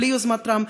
בלי יוזמת טראמפ.